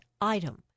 item